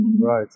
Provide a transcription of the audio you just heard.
Right